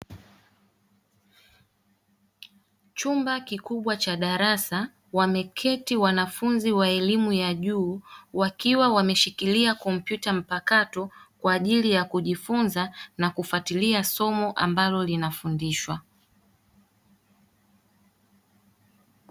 Chumba kikubwa cha darasa wameketi wanafunzi wa elimu ya juu wakiwa wameshikilia kompyuta mpakato kwa ajili ya kujifunza na kufuatilia somo ambalo linafundishwa.